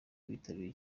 bitabiriye